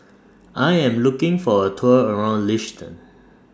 I Am looking For A Tour around Liechtenstein